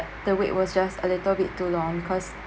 the wait was just a little bit too long because